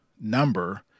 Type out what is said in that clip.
number